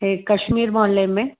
हे कशमीर मोहले में